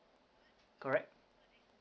correct